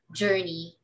journey